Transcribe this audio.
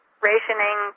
rationing